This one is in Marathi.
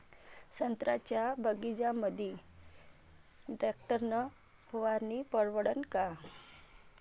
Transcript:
संत्र्याच्या बगीच्यामंदी टॅक्टर न फवारनी परवडन का?